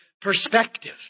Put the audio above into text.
perspective